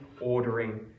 ordering